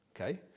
okay